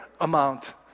amount